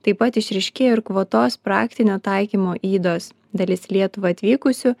taip pat išryškėjo ir kvotos praktinio taikymo ydos dalis į lietuvą atvykusių